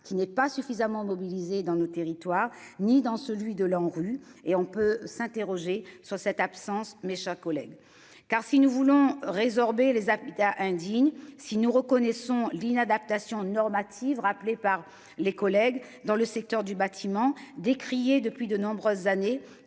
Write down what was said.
qui n'est pas suffisamment mobilisés dans nos territoires, ni dans celui de la rue et on peut s'interroger sur cette absence, mes chers collègues. Car si nous voulons résorber les habitats indignes si nous reconnaissons l'inadaptation normative rappelé par les collègues dans le secteur du bâtiment, décrié depuis de nombreuses années